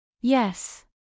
Yes